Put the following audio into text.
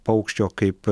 paukščio kaip